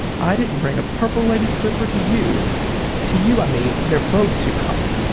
i didn't bring a purple lady's slipper to you to you i mean they're both too common.